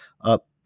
up